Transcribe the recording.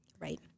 Right